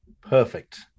Perfect